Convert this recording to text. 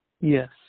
Yes